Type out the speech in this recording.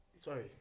sorry